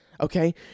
okay